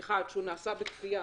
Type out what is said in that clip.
1. שהוא נעשה בכפייה,